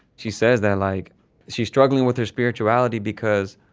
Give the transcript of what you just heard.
she says that like she's struggling with her spirituality because